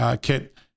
kit